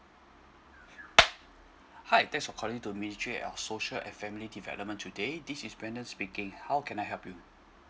hi thanks for calling to ministry of social and family development today this is brendan speaking how can I help you